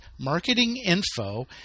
marketinginfo